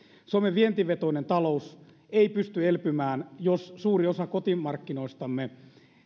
suomen vientivetoinen talous ei pysty elpymään jos suuri osa kotimarkkinoistamme